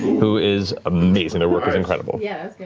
who is amazing. their work is incredible. yeah